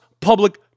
public